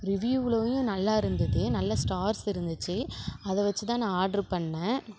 ரிவ்யூலையும் நல்லா இருந்தது நல்ல ஸ்டார்ஸ் இருந்துச்சு அதை வச்சு தான் ஆர்டர் பண்ணேன்